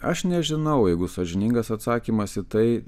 aš nežinau jeigu sąžiningas atsakymas į tai